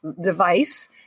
device